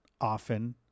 often